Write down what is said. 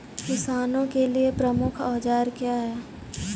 किसानों के लिए प्रमुख औजार क्या हैं?